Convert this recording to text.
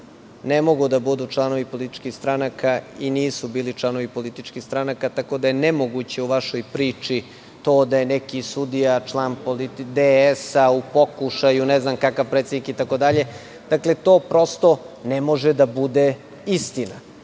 ne mogu da budu članovi političkih stranaka i nisu bili članovi političkih stranaka. Tako da je nemoguće u vašoj priči to da je neki sudija član DS-a u pokušaju, ne znam kakav predsednik itd. Dakle, to prosto ne može da bude istina.